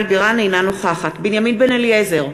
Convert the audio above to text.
אינה נוכחת בנימין בן-אליעזר,